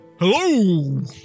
Hello